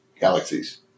galaxies